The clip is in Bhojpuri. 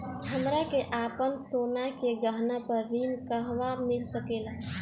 हमरा के आपन सोना के गहना पर ऋण कहवा मिल सकेला?